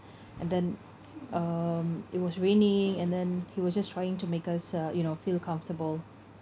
and then um it was raining and then he was just trying to make us uh you know feel comfortable